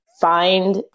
find